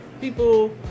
people